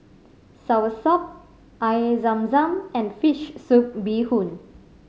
soursop Air Zam Zam and fish soup bee hoon